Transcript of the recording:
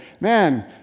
man